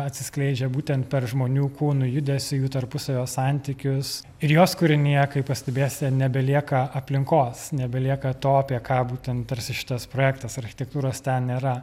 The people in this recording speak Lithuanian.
atsiskleidžia būtent per žmonių kūnų judesį jų tarpusavio santykius ir jos kūrinyje kaip pastebėsite nebelieka aplinkos nebelieka to apie ką būtent tarsi šitas projektas architektūros ten yra